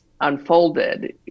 unfolded